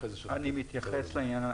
אני מתייחס לעניין.